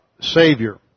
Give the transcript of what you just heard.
Savior